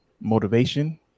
motivation